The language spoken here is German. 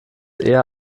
eher